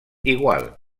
igual